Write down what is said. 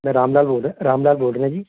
ਮੈਂ ਰਾਮ ਲਾਲ ਬੋਲ ਰਿਹਾ ਰਾਮ ਲਾਲ ਬੋਲ ਰਿਹਾ ਜੀ